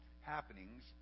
happenings